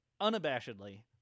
unabashedly